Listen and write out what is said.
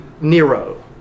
Nero